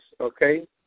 okay